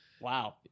Wow